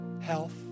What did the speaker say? health